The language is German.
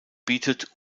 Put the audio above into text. bietet